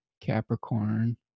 Capricorn